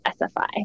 SFI